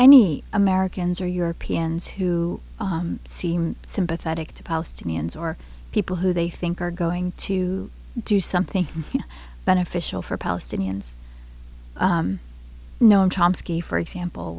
any americans or europeans who seem sympathetic to palestinians or people who they think are going to do something beneficial for palestinians noam chomsky for example